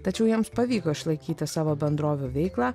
tačiau jiems pavyko išlaikyti savo bendrovių veiklą